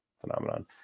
phenomenon